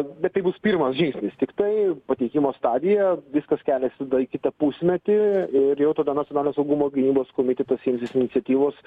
bet tai bus pirmas žingsnis tiktai pateikimo stadija viskas kelias tada į kitą pusmetį ir jau tada nacionalinio saugumo ir gynybos komitetas imsis iniciatyvos